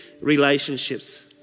relationships